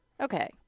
Okay